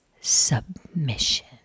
submission